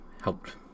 helped